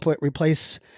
replace